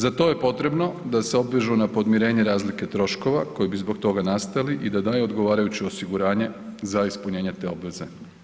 Za to je potrebno da se obvežu na podmirenje razlike troškova koji bi zbog toga nastali i da daju odgovarajuće osiguranje za ispunjenje te obveze.